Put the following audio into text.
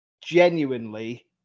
genuinely